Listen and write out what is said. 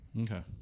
Okay